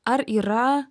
ar yra